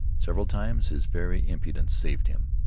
several times his very impudence saved him,